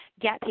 get